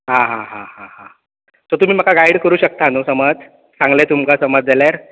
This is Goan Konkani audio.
आ हा हा हा हा सो तुमी म्हाका गायड करूंक शकता न्हू समज सांगलें तुमकां समज जाल्यार